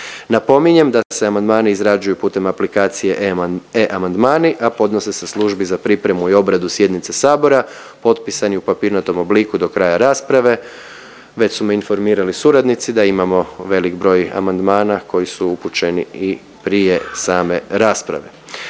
Napominjem da se amandmani izrađuju putem aplikacije e-Amandmani, a podnose se Službi za pripremu i obradu sjednice Sabora potpisani u papirnatom obliku do kraja rasprave. Već su me informirali suradnici da imamo velik broj amandmana koji su upućeni i prije same rasprave.